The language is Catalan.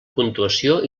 puntuació